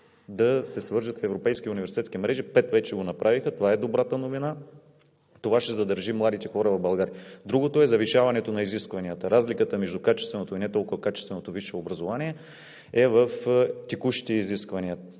да се свържат в европейски университетски мрежи. Добрата новина е, че пет вече го направиха. Това ще задържи младите хора в България. Другото е завишаването на изискванията. Разликата между качественото и не толкова качественото висше образование е в текущите изисквания.